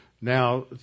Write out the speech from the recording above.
Now